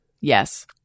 Yes